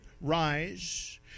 rise